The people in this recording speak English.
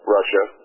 Russia